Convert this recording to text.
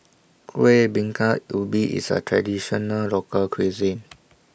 Kuih Bingka Ubi IS A Traditional Local Cuisine